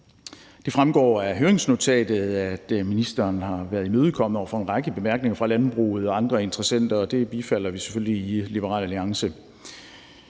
Det fremgår af høringsnotatet, at ministeren har været imødekommende over for en række bemærkninger fra landbruget og andre interessenter. Det bifalder vi selvfølgelig i Liberal Alliance.